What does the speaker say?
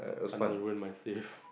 another ruin my save